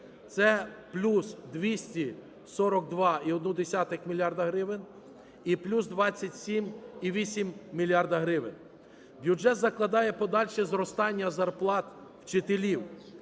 Це плюс 242,1 мільярд гривень і плюс 27,8 мільярдів гривень. Бюджет закладає подальше зростання зарплат вчителів: